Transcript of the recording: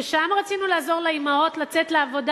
ששם רצינו לעזור לאמהות לצאת לעבודה